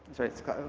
sorry, it's.